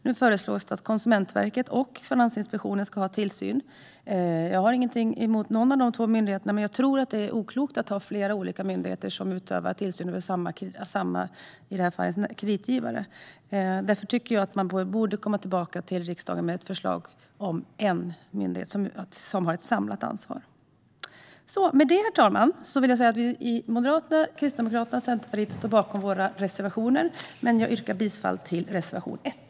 Det föreslås att Konsumentverket och Finansinspektionen ska utöva tillsynen. Jag har ingenting emot någon av de två myndigheterna, men jag tror att det är oklokt att ha flera olika myndigheter som utövar tillsyn över samma kreditgivare. Därför tycker jag att man borde återkomma till riksdagen med ett förslag som ger en myndighet ett samlat ansvar. Med det, herr talman, vill jag säga att vi i Moderaterna, Kristdemokraterna och Centerpartiet står bakom våra reservationer, men jag yrkar bifall endast till reservation 1.